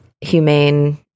humane